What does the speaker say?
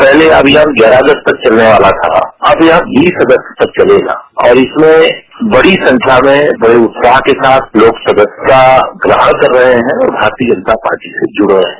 पहले यह अभियान ग्यारह अगस्त तक चलने वाला था अब यह अभियान बीस अगस्त तक चलेगा और इसमें बड़ी संख्या में बड़े उत्साह के साथ लोग सदस्यता ग्रहण कर रहे हैं और भारतीय जनता पार्टी से जुड रहे है